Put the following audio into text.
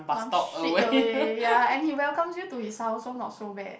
one street away ya and he welcomes you to his house so not so bad